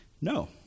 No